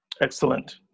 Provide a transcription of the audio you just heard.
Excellent